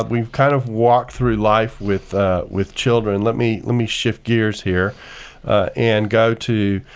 we've kind of walked through life with with children, let me let me shift gears here and go to